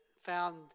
found